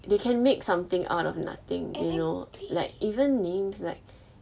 they can make something out of nothing you know like even names like